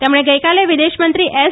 તેમણે ગઇકાલે વિદેશમંત્રી એસ